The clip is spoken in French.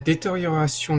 détérioration